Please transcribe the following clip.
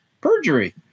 Perjury